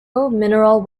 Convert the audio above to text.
mineral